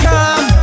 Come